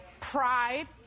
Pride